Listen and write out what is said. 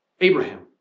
Abraham